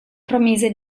promise